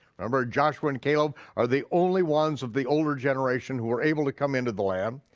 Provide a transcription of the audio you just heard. remember joshua and caleb are the only ones of the older generation who were able to come into the land.